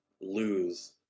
lose